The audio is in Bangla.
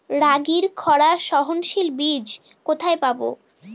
রাগির খরা সহনশীল বীজ কোথায় পাবো?